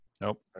Nope